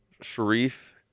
Sharif